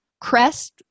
crest